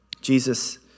Jesus